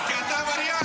כי אתה עבריין.